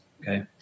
okay